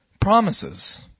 Promises